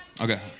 Okay